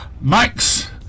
Max